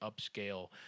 upscale